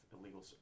illegal